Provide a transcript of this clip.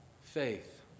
faith